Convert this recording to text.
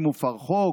אם הופר חוק,